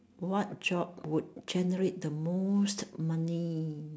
what job would generate the most money